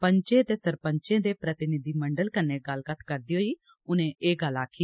पंचे ते सरपंचे दे प्रतिनिधिमंडल कन्नै गल्ल कत्थ करदे होई उनें एह् गल्ल आक्खी